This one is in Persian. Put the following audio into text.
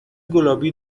گلابی